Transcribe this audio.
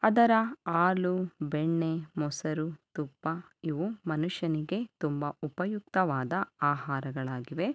ಅದರ ಹಾಲು ಬೆಣ್ಣೆ ಮೊಸರು ತುಪ್ಪ ಇವು ಮನುಷ್ಯನಿಗೆ ತುಂಬ ಉಪಯುಕ್ತವಾದ ಆಹಾರಗಳಾಗಿವೆ